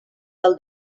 del